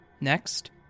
Next